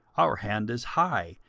our hand is high,